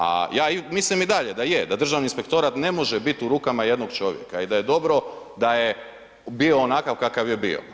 A ja mislim i dalje da je da Državni inspektora ne može biti u rukama jednog čovjeka i da je dobro da je bio onakav kakav je bio.